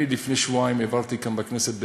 אני לפני שבועיים העברתי כאן בכנסת,